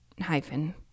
hyphen